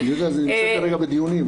אני יודע, זה נמצא כרגע בדיונים.